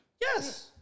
Yes